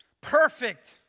Perfect